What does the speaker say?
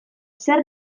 zer